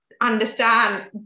understand